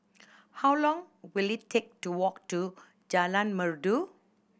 how long will it take to walk to Jalan Merdu